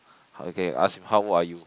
okay ask how old are you